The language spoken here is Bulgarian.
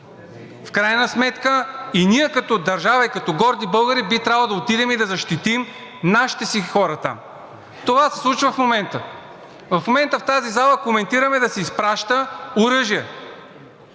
В крайна сметка ние като държава и като горди българи би трябвало да отидем и да защитим нашите хора там! Това се случва в момента. В момента в тази зала коментираме да се изпраща оръжие